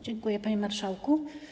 Dziękuję, panie marszałku.